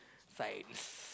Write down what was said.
Science